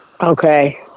Okay